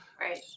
right